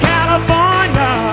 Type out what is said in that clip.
California